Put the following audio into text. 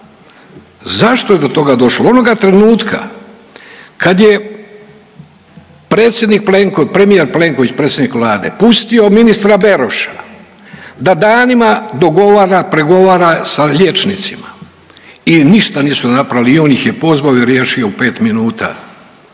Zašto je do toga došlo? Onoga trenutka kad je predsjednik, premijer Plenković predsjednik Vlade pustio ministra Beroša da danima dogovara, pregovara sa liječnicima i ništa nisu napravili i on ih je pozvao i riješio u pet minuta